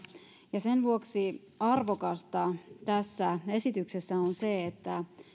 ja sen vuoksi arvokasta tässä esityksessä on se että